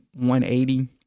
180